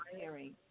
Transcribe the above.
hearing